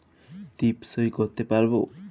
টিপ সই করতে পারবো?